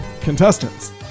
Contestants